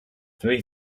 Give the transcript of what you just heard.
three